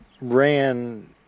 ran